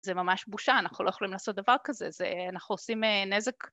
זה ממש בושה, אנחנו לא יכולים לעשות דבר כזה, אנחנו עושים נזק.